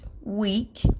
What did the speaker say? week